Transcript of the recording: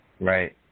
Right